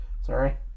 Sorry